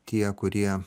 tie kurie